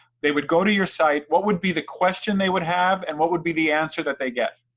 they would go to your site, what would be the question they would have and what would be the answer that they get?